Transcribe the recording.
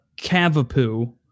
cavapoo